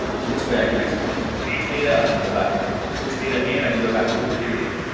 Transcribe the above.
so this way i can export page data, i can go back in and get post data and i can go back and get video data.